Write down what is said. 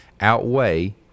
outweigh